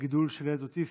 בגידול של ילד אוטיסט.